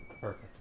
Perfect